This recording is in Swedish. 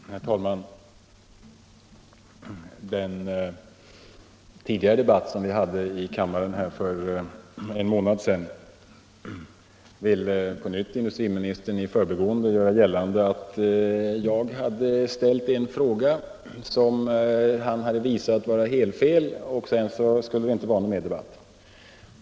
Herr talman! När det gällde den tidigare debatten om denna sak som vi hade här i kammaren för en månad sedan ville industriministern på nytt i förbigående göra gällande att jag hade ställt en fråga som han hade visat var helt felaktig, och sedan skulle det inte vara någon mer debatt.